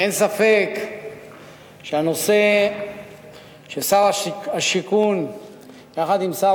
אין ספק שהנושא ששר השיכון יחד עם שר